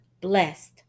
blessed